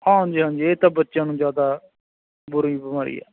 ਹਾਂਜੀ ਹਾਂਜੀ ਇਹ ਤਾਂ ਬੱਚਿਆਂ ਨੂੰ ਜ਼ਿਆਦਾ ਬੁਰੀ ਬਿਮਾਰੀ ਆ